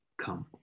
come